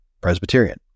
presbyterian